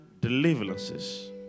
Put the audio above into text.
deliverances